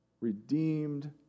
redeemed